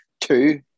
Two